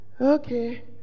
Okay